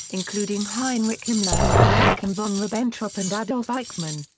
including heinrich himmler, joachim von ribbentrop and adolf eichmann.